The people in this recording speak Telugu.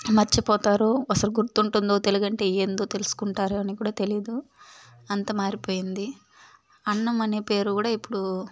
మర్చిపోతారు అసలు గుర్తుంటుందో తెలుగంటే ఏందో తెలుసుకుంటారో అని కూడా తెలీదు అంత మారిపోయింది అన్నం అనే పేరు కూడా ఇప్పుడు